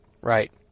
Right